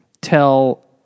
tell